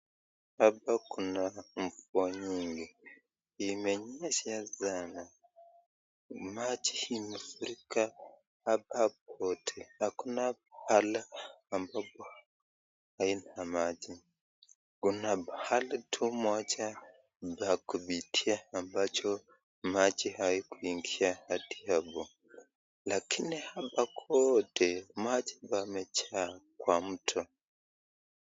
Hapa kuna mvua nyingi, imenyesha sana. Maji imefurika hapa kwote hakuna pahala ambapo haina maji, kuna mahali tu moja pa kupitia ambayo maji haikuingia adi hapo, lakini hapa kwote maji yamejaa kwa mto.